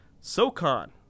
SoCon